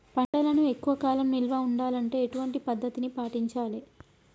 పంటలను ఎక్కువ కాలం నిల్వ ఉండాలంటే ఎటువంటి పద్ధతిని పాటించాలే?